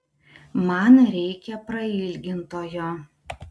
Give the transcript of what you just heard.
man reikia prailgintojo